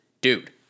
dude